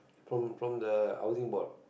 from from the housing board